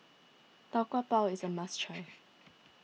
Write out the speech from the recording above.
Tau Kwa Pau is a must try